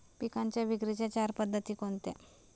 पिकांच्या विक्रीच्या चार पद्धती कोणत्या?